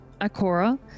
Akora